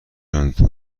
راننده